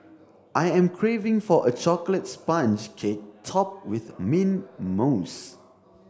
I am craving for a chocolate sponge cake topped with mint mousse